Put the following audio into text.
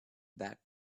back